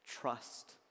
Trust